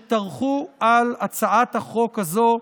שטרחו על הצעת החוק הזו,